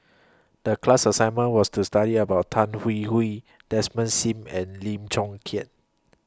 The class assignment was to study about Tan Hwee Hwee Desmond SIM and Lim Chong Keat